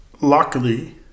luckily